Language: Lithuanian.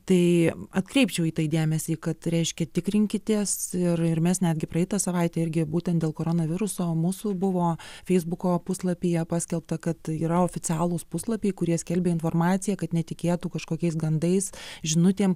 tai atkreipčiau į tai dėmesį kad reiškia tikrinkitės ir ir mes netgi praeitą savaitę irgi būtent dėl koronaviruso o mūsų buvo feisbuko puslapyje paskelbta kad yra oficialūs puslapiai kurie skelbia informaciją kad netikėtų kažkokiais gandais žinutėm